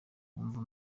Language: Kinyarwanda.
wumva